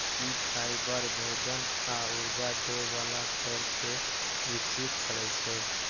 ई fibre, भोजन आ ऊर्जा दै बला पेड़ कें विकसित करै छै